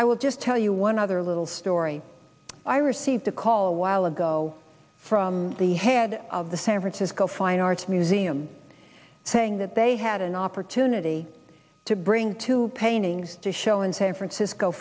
i will just tell you one other little story i received a call a while ago from the head of the san francisco fine arts museum saying that they had an opportunity to bring two paintings to show in san francisco